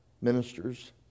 ministers